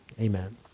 amen